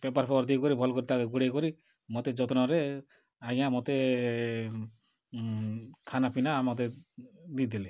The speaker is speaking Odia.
ପେପର୍ ଫେପର୍ ଦେଇ କରି ଭଲ କରି ତାକୁ ଘୋଡ଼ାଇ କରି ମୋତେ ଯତ୍ନରେ ଆଜ୍ଞା ମୋତେ ଖାନା ପିନା ମୋତେ ଦିଥିଲେ